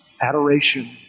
Adoration